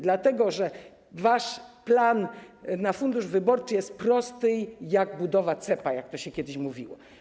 Dlatego że wasz plan na fundusz wyborczy jest prosty jak budowa cepa, jak to się kiedyś mówiło.